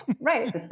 Right